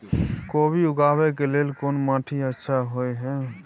कोबी उगाबै के लेल कोन माटी अच्छा होय है?